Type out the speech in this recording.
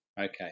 okay